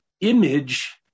image